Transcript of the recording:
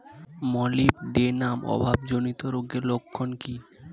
Molybdenum অভাবজনিত রোগের লক্ষণ কি কি?